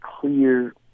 clear